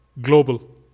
global